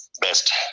best